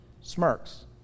Smirks